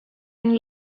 and